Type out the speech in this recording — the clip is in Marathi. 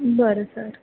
बरं सर